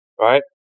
Right